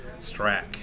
Strack